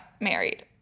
married